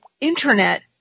Internet